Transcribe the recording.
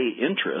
interest